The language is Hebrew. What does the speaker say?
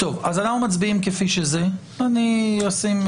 טוב, בסדר